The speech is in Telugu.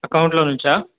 అకౌంట్లో నుంచా